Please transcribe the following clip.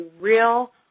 real